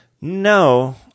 No